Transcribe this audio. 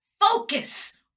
focus